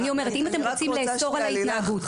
אם אתם רוצים לאסור על ההתנהגות,